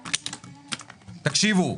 תקשיבו,